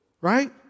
right